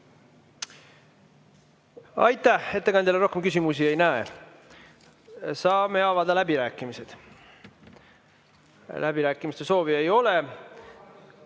Aitäh! Ettekandjale rohkem küsimusi ei näe. Saame avada läbirääkimised. Läbirääkimiste soovi ei ole.